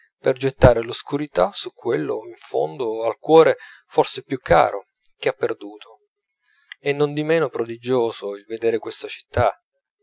per gettare l'oscurità su quello in fondo al cuore forse più caro che ha perduto è nondimeno prodigioso il vedere questa città